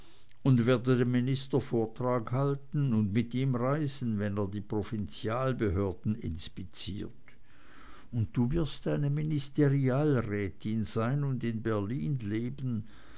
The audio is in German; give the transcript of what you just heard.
und werde dem minister vortrag halten und mit ihm reisen wenn er die provinzialbehörden inspiziert und du wirst eine ministerialrätin sein und in berlin leben